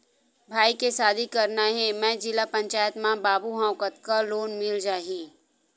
भाई के शादी करना हे मैं जिला पंचायत मा बाबू हाव कतका लोन मिल जाही?